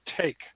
take